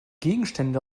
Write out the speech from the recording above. gegenstände